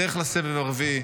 בדרך לסבב הרביעי.